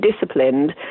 disciplined